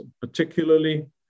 particularly